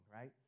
right